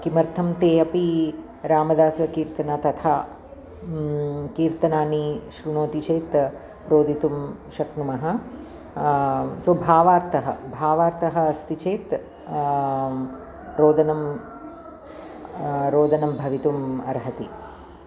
किमर्थं ते अपि रामदासकीर्तनं तथा कीर्तनानि शृणोति चेत् रोदितुं शक्नुमः सो भावार्थः भावार्थः अस्ति चेत् रोदनं रोदनं भवितुम् अर्हति